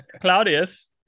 Claudius